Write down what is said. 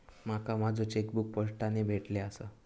माका माझो चेकबुक पोस्टाने भेटले आसा